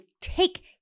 take